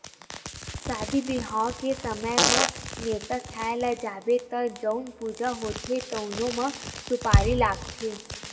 सादी बिहाव के समे म, नेवता खाए ल जाबे त जउन पूजा होथे तउनो म सुपारी लागथे